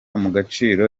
mugaciro